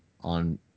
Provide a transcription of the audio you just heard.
on